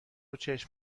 چشم